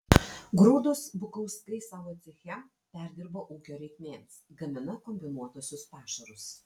grūdus bukauskai savo ceche perdirba ūkio reikmėms gamina kombinuotuosius pašarus